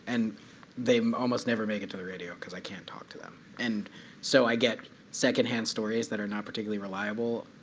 and they almost never make it to the radio because i can't talk to them. and so i get secondhand stories that are not particularly reliable.